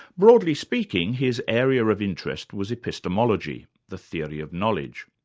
broadly speaking, his area of interest was epistemology, the theory of knowledge,